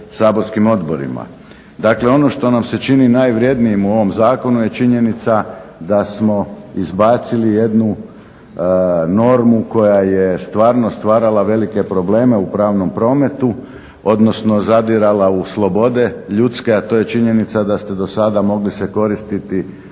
saborskim odborima. Dakle, ono što nam se čini najvrjednijim u ovom zakonu je činjenica da smo izbacili jednu normu koja je stvarno stvarala velike probleme u pravnom prometu, odnosno zadirala u slobode ljudske, a to je činjenica da ste do sada mogli se koristiti